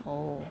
oh